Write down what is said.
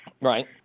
Right